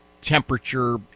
temperature